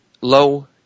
low